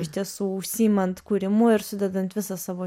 iš tiesų užsiimant kūrimu ir sudedant visą savo